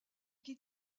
qui